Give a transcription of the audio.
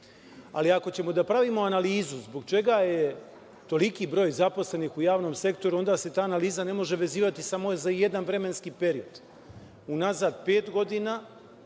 Ali, ako ćemo da pravimo analizu zbog čega je toliki broj zaposlenih u javnom sektoru, onda se ta analiza ne može vezivati samo za jedan vremenski period. Unazad pet godina,